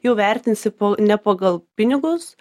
jau vertinsi po ne pagal pinigus